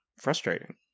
frustrating